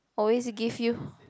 always give you